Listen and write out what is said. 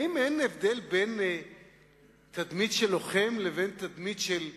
האם אין הבדל בין תדמית של לוחם לבין תדמית של סוהר?